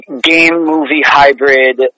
game-movie-hybrid